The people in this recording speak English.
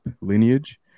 lineage